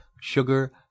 sugar